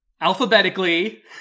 Alphabetically